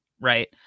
Right